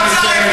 בגלל טוויטר?